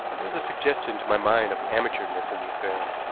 there is a suggestion to my mind of amateurishness in the affair.